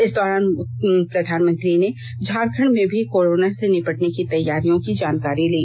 इस दौरान प्रधानमंत्री ने झारखंड में भी कोरोना से निपटने की तैयारियों की जानकारी ली